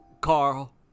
Carl